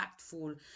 impactful